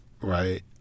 right